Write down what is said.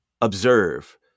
observe